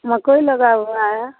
मकई लगा हुआ है